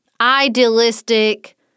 idealistic